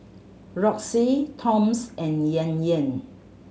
Roxy Toms and Yan Yan